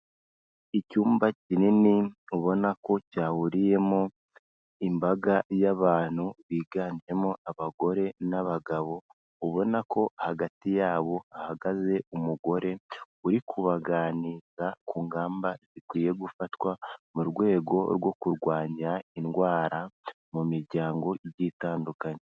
Icyumba kinini, ubona ko cyahuriyemo, imbaga y'abantu biganjemo abagore n'abagabo, ubona ko hagati yabo hahagaze umugore, uri kubagani ku ngamba zikwiye gufatwa, mu rwego rwo kurwanya indwara mu miryango igiye itandukanye.